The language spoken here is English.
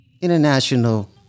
International